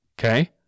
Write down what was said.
Okay